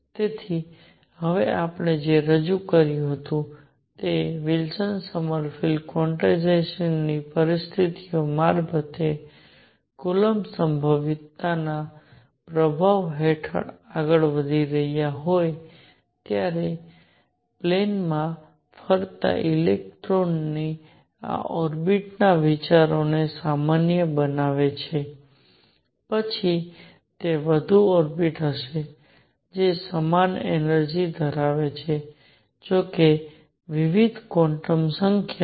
તેથી હવે આપણે જે રજૂ કર્યું છે તે વિલ્સન સોમરફિલ્ડ ક્વોન્ટાઇઝેશનની પરિસ્થિતિઓ મારફતે કોલોમ્બ સંભવિતતાના પ્રભાવ હેઠળ આગળ વધી રહ્યા હોય ત્યારે વિમાનમાં ફરતા ઇલેક્ટ્રોનની આ ઓર્બિટ્સના વિચારને સામાન્ય બનાવે છે પછી તે વધુ ઓર્બિટ્સ હશે જે સમાન એનર્જિ ધરાવે છે જોકે વિવિધ ક્વોન્ટમ સંખ્યાઓ